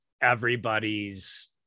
everybody's